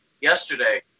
Yesterday